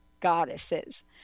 goddesses